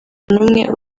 n’umwe